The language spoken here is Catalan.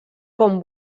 com